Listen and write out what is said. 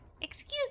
excuse